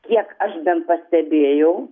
kiek aš bent pastebėjau